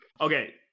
Okay